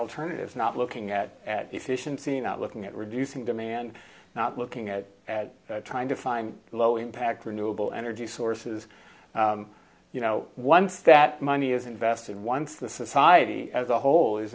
alternatives not looking at at efficiency not looking at reducing demand not looking at at trying to find low impact renewable energy sources you know once that money is invested once the society as a whole is